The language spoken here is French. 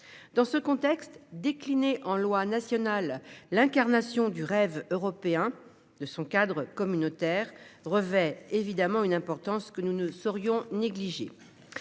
Dans ce contexte, décliné en lois nationales, l'incarnation du rêve européen de son cadre communautaire revêt évidemment une importance que nous ne saurions négliger.